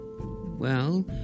Well